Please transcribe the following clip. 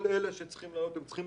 כל אלה שעלו בסוציואקונומי צריכים